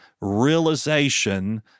realization